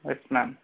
yes ma'am